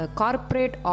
corporate